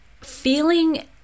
feeling